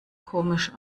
komisch